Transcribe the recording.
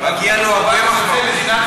מגיע לו הרבה מחמאות.